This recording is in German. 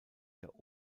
der